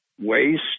waste